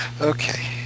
Okay